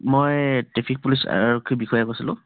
মই traffic police আৰক্ষী বিষয়াই কৈছিলোঁ